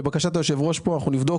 לבקשת היושב ראש, אנחנו נבדוק.